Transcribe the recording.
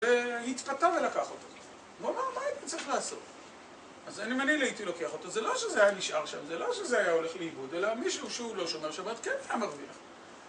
והתפתה ולקח אותו. הוא אמר, מה הייתי צריך לעשות? אז אם אני לי הייתי לוקח אותו. זה לא שזה היה נשאר שם, זה לא שזה היה הולך לאיבוד, אלא מישהו שהוא לא שומר שבת, כן, היה מרוויח.